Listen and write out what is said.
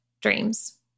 dreams